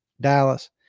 Dallas